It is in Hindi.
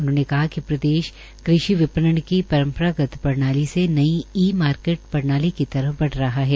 उन्होंने कहा िक प्रदेश कृषि विपणन की परम्परागत प्रणाली से नई ई मार्केट प्रणाली की तरफ बढ़ रहा है